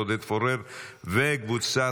אושרה בקריאה